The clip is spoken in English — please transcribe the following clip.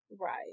Right